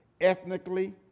ethnically